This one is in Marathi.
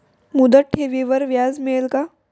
मुदत ठेवीवर व्याज मिळेल का?